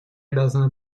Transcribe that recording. обязана